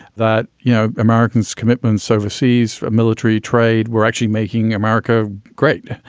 that, you know, americans commitments overseas, military trade. we're actually making america great.